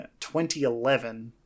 2011